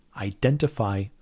identify